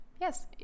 yes